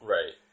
Right